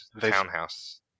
townhouse